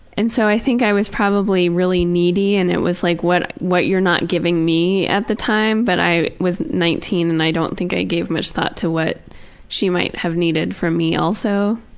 and so i think i was probably really needy, and it was like what what you're not giving me at the time, but i was nineteen and i don't think i gave much thought to what she might have needed from me also.